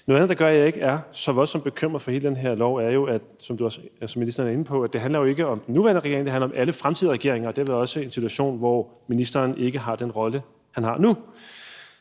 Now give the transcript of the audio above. Noget andet, der gør, at jeg ikke er så voldsomt bekymret for hele den her lov, er jo, som ministeren også er inde på, at det ikke handler om den nuværende regering, men at det handler om alle fremtidige regeringer og dermed også en situation, hvor ministeren ikke har den rolle, han har nu.